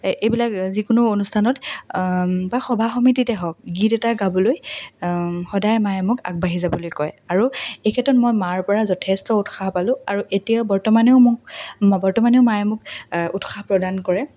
এইবিলাক যিকোনো অনুষ্ঠানত বা সভা সমিতিতে হওক গীত এটা গাবলৈ সদায় মায়ে মোক আগবাঢ়ি যাবলৈ কয় আৰু এই ক্ষেত্ৰত মই মাৰপৰা যথেষ্ট উৎসাহ পালোঁ আৰু এতিয়াও বৰ্তমানেও মোক বৰ্তমানেও মায়ে মোক উৎসাহ প্ৰদান কৰে